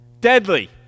deadly